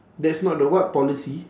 that's not the what policy